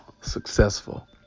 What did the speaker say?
successful